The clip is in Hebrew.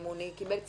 אם הוא קיבל.